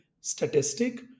statistic